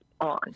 on